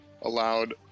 allowed